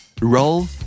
Roll